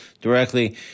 directly